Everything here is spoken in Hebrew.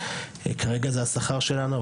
כרגע זה השכר שלנו,